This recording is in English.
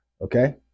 okay